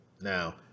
Now